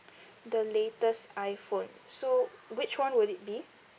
the latest iphone so which one will it be